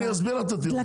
אני אסביר לך את הטיעון,